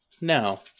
now